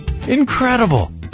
Incredible